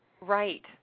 Right